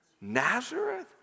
Nazareth